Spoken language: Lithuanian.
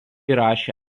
įrašė